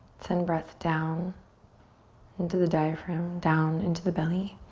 send breath down into the diaphragm, down into the belly.